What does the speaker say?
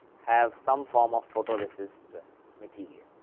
have some form of photo resist material.